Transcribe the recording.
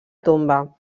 tomba